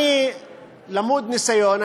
אני למוד ניסיון,